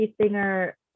singer